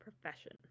profession